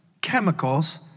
chemicals